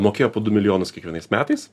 mokėjo po du milijonus kiekvienais metais